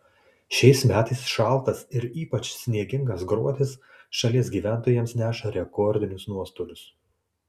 šiais metais šaltas ir ypač sniegingas gruodis šalies gyventojams neša rekordinius nuostolius